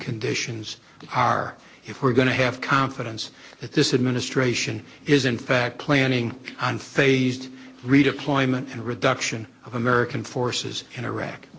conditions are if we're going to have confidence that this administration is in fact planning on phased redeployment and reduction of american forces in iraq